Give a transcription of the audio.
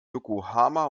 yokohama